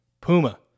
Puma